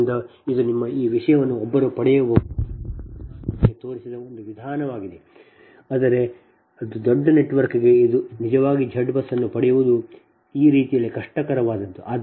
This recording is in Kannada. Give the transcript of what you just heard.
ಆದ್ದರಿಂದ ಇದು ನಿಮ್ಮ ಈ ವಿಷಯವನ್ನು ಒಬ್ಬರು ಪಡೆಯಬಹುದು ಎಂದು ನಾನು ನಿಮಗೆ ತೋರಿಸಿದ ಒಂದು ವಿಧಾನವಾಗಿದೆ ಆದರೆ ದೊಡ್ಡ ನೆಟ್ವರ್ಕ್ಗೆ ಇದು ನಿಜವಾಗಿ Z BUS ಅನ್ನು ಪಡೆಯುವುದು ಈ ರೀತಿಯಲ್ಲಿ ಕಷ್ಟಕರವಾದದ್ದು